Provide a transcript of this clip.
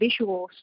visuals